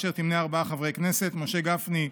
אשר תמנה ארבעה חברי כנסת: משה גפני,